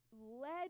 led